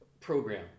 program